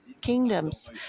kingdoms